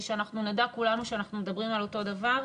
שאנחנו נדע כולנו שאנחנו מדברים על אותו דבר?